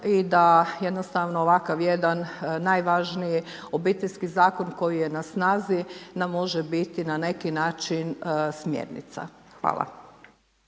i da jednostavno ovako jedan najvažniji Obiteljski zakon koji je na snazi nam može biti na neki način smjernica. Hvala.